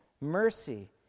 mercy